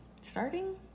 starting